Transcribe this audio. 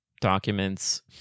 documents